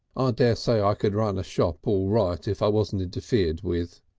daresay ah i could run a shop all right if i wasn't interfered with.